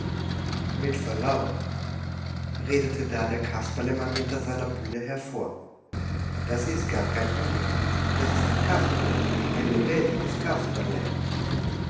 mit verlaub redete da der kasperlemann hinter seiner bühne hervor das ist gar kein junge das ist ein kasperle ein lebendiges kasperle